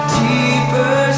deeper